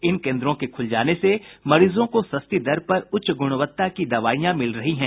इन केन्द्रों के खुल जाने से मरीजों को सस्ती दर पर उच्च गुणवत्ता की दवाईयां मिल रही हैं